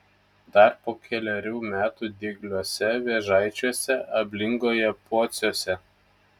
dar po kelerių metų diegliuose vėžaičiuose ablingoje pociuose